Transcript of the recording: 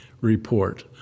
report